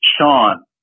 Sean